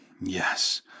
Yes